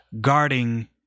guarding